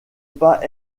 pas